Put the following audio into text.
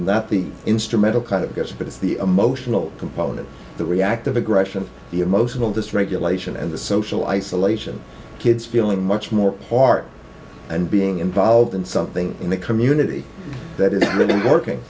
that the instrumental kind of gets but it's the emotional component the reactive aggression the emotional dysregulation and the social isolation kids feeling much more part and being involved in something in the community that is really working